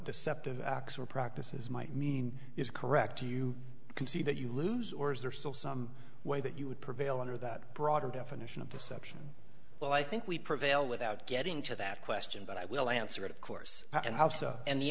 deceptive acts were practices might mean is correct do you concede that you lose or is there still some way that you would prevail under that broader definition of the section well i think we prevail without getting to that question but i will answer it of course and how so and the